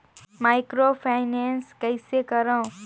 Microfinance कइसे करव?